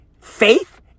faith